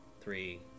three